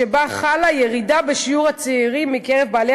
שבה חלה ירידה בשיעור הצעירים מקרב בעלי